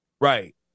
Right